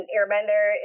Airbender